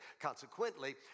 Consequently